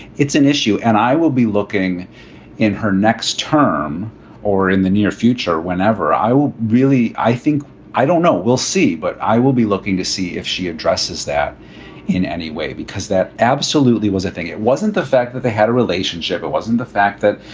it's an issue. and i will be looking in her next term or in the near future whenever i will. really, i think i don't know. we'll see. but i will be looking to see if she addresses that in any way, because that absolutely was i think it wasn't the fact that they had a relationship. it wasn't the fact that,